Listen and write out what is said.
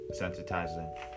sensitizing